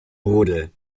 rudel